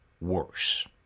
worse